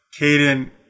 Caden